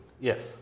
Yes